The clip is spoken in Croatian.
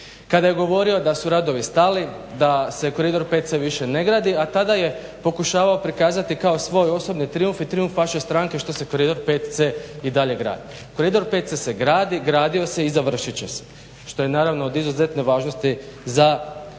kada je govorio da su radovi stali, da se koridor 5C više ne gradi, a tada je pokušavao prikazati kao svoj osobni trijumf i trijumf vaše stranke što se koridor 5 i dalje gradi. Koridor 5C se gradi, gradio se i završit će se što je naravno od izuzetne važnosti za